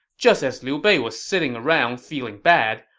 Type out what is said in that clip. just as liu bei was sitting around feeling bad,